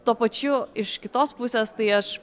tuo pačiu iš kitos pusės tai aš